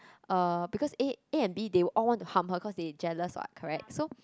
uh because A A and B they all want to harm her cause they jealous what correct so